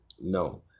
no